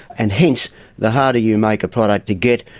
and hence the harder you make a product to get,